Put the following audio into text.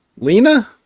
Lena